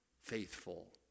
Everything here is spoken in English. faithful